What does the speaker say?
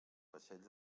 vaixells